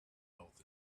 health